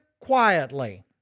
quietly